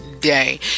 day